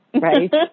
Right